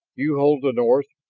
you hold the north,